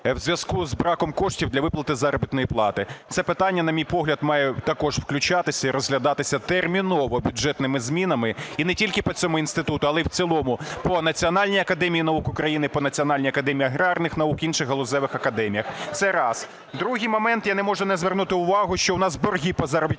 у зв'язку з браком коштів для виплати заробітної плати. Це питання, на мій погляд, має також включатися і розглядатися терміново бюджетними змінами і не тільки по цьому інституту, але і в цілому по Національній академії наук України, по Національній академії аграрних наук, інших галузевих академіях. Це раз. Другий момент. Я не можу не звернути увагу, що в нас борги по заробітній